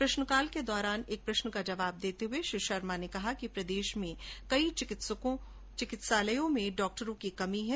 प्रष्नकाल के दौरान एक तारांकित प्रष्न का जवाब देते हुए श्री शर्मा ने कहा कि प्रदेष के कई चिकित्सालयों में डॉक्टरों की कमी है